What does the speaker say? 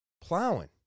plowing